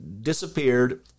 disappeared